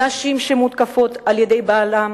נשים שמותקפות על-ידי בעליהן,